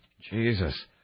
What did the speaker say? Jesus